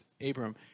Abram